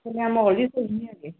ਮਾਹੌਲ ਵੀ ਸਹੀ ਨਹੀਂ ਹੈਗੇ